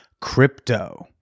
crypto